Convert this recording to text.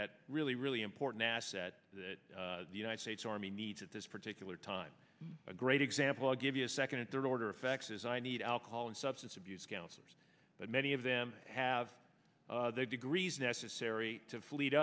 that really really important asset that the united states army needs at this particular time a great example i'll give you a second and third order effects is i need alcohol and substance abuse counselors but many of them have their degrees necessary to lead